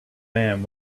man